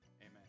Amen